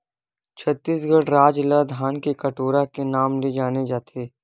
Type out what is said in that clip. छत्तीसगढ़ राज ल धान के कटोरा के नांव ले जाने जाथे